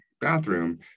bathroom